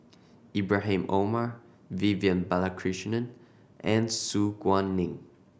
Ibrahim Omar Vivian Balakrishnan and Su Guaning